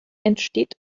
entsteht